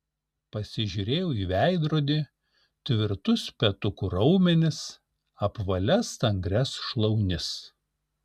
pasižiūrėjau į veidrodį tvirtus petukų raumenis apvalias stangrias šlaunis